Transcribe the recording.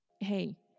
Hey